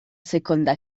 seconda